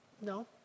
No